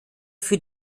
für